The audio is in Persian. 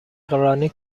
رانی